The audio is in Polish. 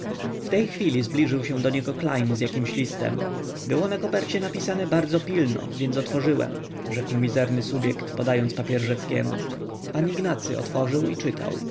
w tej chwili zbliżył się do niego klejn z jakimś listem było na kopercie napisane bardzo pilno więc otworzyłem rzekł mizerny subjekt podając papier rzeckiemu pan ignacy otworzył i czytał